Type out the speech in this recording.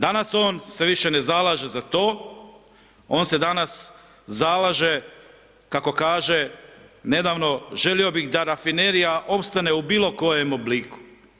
Danas on se više ne zalaže za to, on se danas zalaže, kako kaže nedavno želio bih da Rafinerija opstane u bilo kojem obliku.